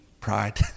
Pride